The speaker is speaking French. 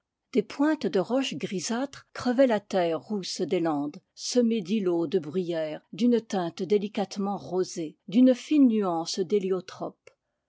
des pointes de roches grisâ tres crevaient la terre rousse des landes semée d'îlots de bruyères d'une teinte délicatement rosée d'une fine nuance